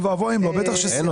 אוי ואבוי אם לא, בטח שסיימנו.